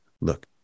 Look